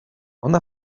ona